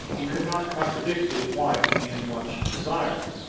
he could not contradict his wife in what she desired,